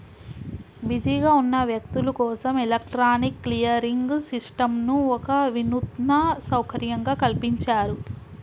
బిజీగా ఉన్న వ్యక్తులు కోసం ఎలక్ట్రానిక్ క్లియరింగ్ సిస్టంను ఒక వినూత్న సౌకర్యంగా కల్పించారు